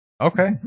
Okay